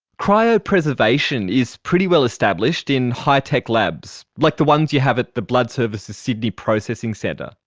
cryopreservation is pretty well established in high-tech labs, like the ones you have at the blood services sydney processing centre.